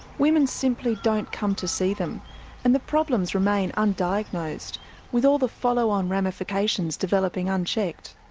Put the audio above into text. women simply don't come to see them and the problems remain undiagnosed with all the follow-on ramifications developing unchecked.